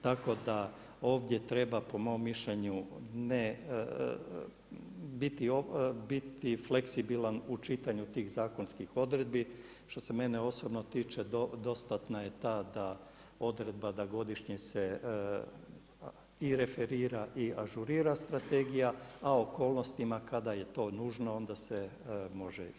Tako da, ovdje treba po mom mišljenju biti fleksibilan u čitanju tih zakonski odredbi, što se mene osobno tiče, dostatna je ta odredba da godišnje se i referira i ažurira strategija, a okolnostima kada je to nužno onda se može i mijenjati.